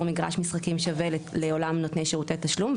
מגרש משחקים שווה לעולם נותני שירותי התשלום,